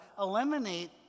eliminate